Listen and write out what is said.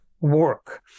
work